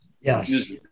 Yes